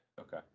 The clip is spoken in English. Okay